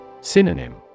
Synonym